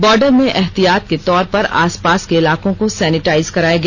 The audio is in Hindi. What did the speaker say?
बॉर्डर में एहतियात के तौर पर आसपास के इलाकों को सैनिटाइज कराया गया